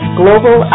global